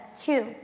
two